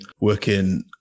working